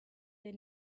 they